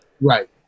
Right